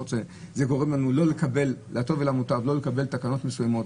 זה גורם לנו לא לקבל תקנות מסוימות.